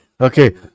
Okay